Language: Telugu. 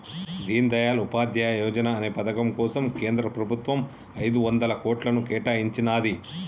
దీన్ దయాళ్ ఉపాధ్యాయ యోజనా అనే పథకం కోసం కేంద్ర ప్రభుత్వం ఐదొందల కోట్లను కేటాయించినాది